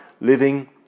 living